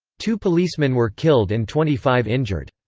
two policemen were killed and twenty five injured.